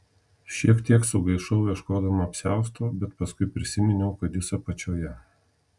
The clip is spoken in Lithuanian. šiek tiek sugaišau ieškodama apsiausto bet paskui prisiminiau kad jis apačioje